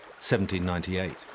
1798